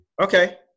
Okay